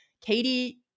Katie